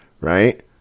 right